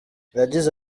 yagize